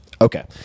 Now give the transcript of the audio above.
Okay